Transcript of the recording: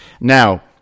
Now